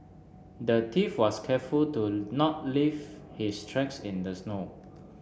the thief was careful to not leave his tracks in the snow